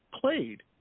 played